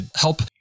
help